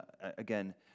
Again